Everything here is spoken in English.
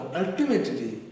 ultimately